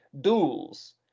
duels